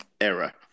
era